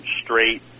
straight